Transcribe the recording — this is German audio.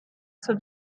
zur